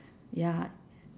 ya